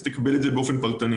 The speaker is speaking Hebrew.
תוכל לקבל את זה באופן פרטני.